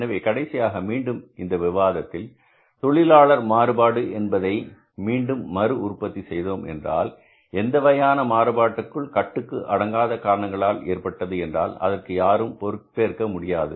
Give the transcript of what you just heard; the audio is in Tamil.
எனவே கடைசியாக மீண்டும் இந்த விவாதத்தில் தொழிலாளர் மாறுபாடு என்பதை மீண்டும் மறுஉற்பத்தி செய்தோம் என்றால் எந்தவகையான மாறுபாடுகள் கட்டுக்கு அடங்காத காரணங்களால் ஏற்பட்டது என்றால் அதற்கு யாரும் பொறுப்பேற்க முடியாது